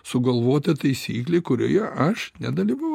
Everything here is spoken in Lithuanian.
sugalvota taisyklė kurioje aš nedalyvavau